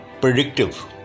predictive